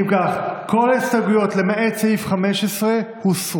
אם כך, כל ההסתייגויות למעט לסעיף 15 הוסרו.